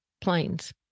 planes